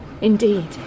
Indeed